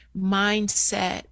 mindset